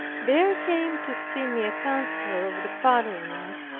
there came to see me a counselor of the parliament,